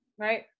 Right